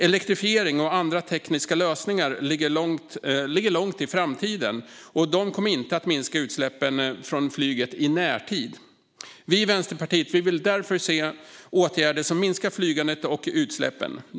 Elektrifiering och andra tekniska lösningar ligger långt fram i tiden och kommer inte att minska utsläppen från flyget i närtid. Vi i Vänsterpartiet vill därför se åtgärder som minskar flygandet och utsläppen.